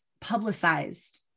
publicized